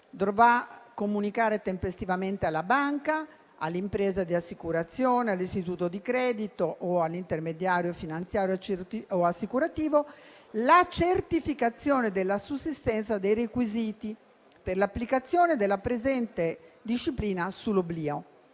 dovrà comunicare tempestivamente alla banca, all'impresa di assicurazione, all'istituto di credito o all'intermediario finanziario e assicurativo la certificazione della sussistenza dei requisiti per l'applicazione della presente disciplina sull'oblio.